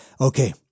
Okay